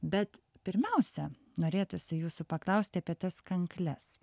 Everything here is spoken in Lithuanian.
bet pirmiausia norėtųsi jūsų paklausti apie tas kankles